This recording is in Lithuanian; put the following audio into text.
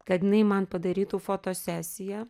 kad jinai man padarytų fotosesiją